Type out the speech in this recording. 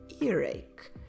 earache